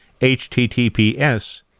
HTTPS